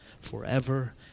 forever